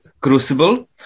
crucible